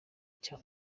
cya